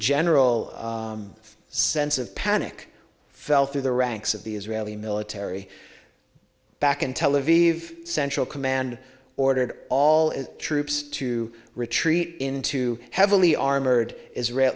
general sense of panic fell through the ranks of the israeli military back in tel aviv central command ordered all troops to retreat into heavily armored israel